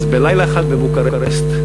אז בלילה אחד, בבוקרשט,